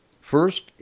First